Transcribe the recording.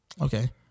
Okay